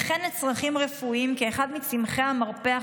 וכן לצרכים רפואיים כאחד מצמחי המרפא החשובים.